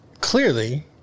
clearly